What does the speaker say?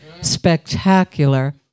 spectacular